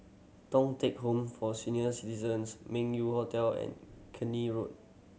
Thong Teck Home for Senior Citizens Meng Yew Hotel and Keene Road